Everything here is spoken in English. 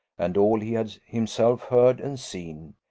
and all he had himself heard and seen,